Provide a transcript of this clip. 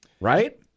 Right